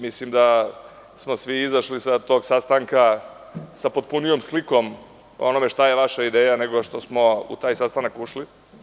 Mislim da smo svi izašli sa tog sastanka sa potpunijom slikom onoga šta je vaša ideja, nego što smo u taj sastanak ušli.